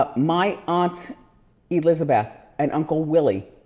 but my aunt elizabeth and uncle willy,